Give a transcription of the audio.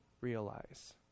realize